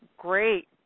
Great